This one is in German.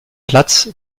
platz